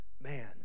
man